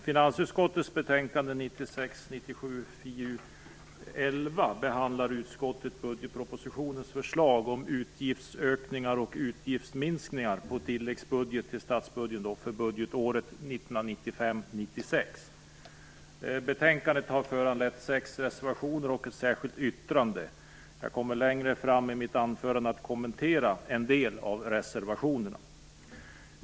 Herr talman! I finansutskottets betänkande Betänkandet har föranlett sex reservationer och ett särskilt yttrande. Jag kommer längre fram i mitt anförande att kommentera en del av reservationerna.